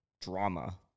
drama